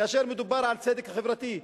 כאשר מדובר על צדק חברתי,